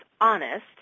honest